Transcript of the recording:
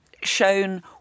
shown